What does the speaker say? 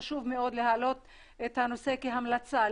חשוב מאוד להעלות את הנושא כהמלצה,